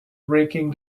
raking